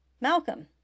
Malcolm